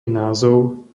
názov